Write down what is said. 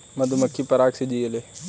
मधुमक्खी पराग से जियेले